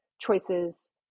choices